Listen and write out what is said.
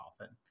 often